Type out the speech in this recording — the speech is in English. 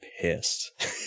pissed